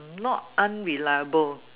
not unreliable